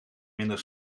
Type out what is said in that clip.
minder